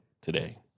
today